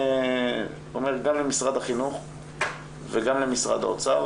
אומר גם למשרד החינוך וגם למשרד האוצר,